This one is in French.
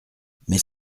mais